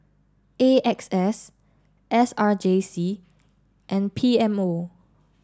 A X S S R J C and P M O